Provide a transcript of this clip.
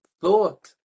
thought